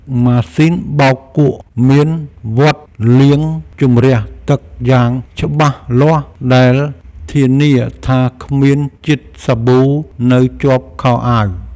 ម៉ាស៊ីនបោកគក់មានវដ្តលាងជម្រះទឹកយ៉ាងច្បាស់លាស់ដែលធានាថាគ្មានជាតិសាប៊ូនៅជាប់ខោអាវ។